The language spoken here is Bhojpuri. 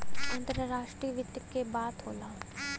अंतराष्ट्रीय वित्त के बात होला